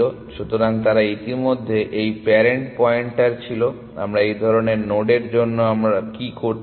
সুতরাং তারা ইতিমধ্যে এই প্যারেন্ট পয়েন্টার ছিল আমরা এই ধরনের নোড এর জন্য কি আমরা কি করতে চাই